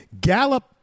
Gallup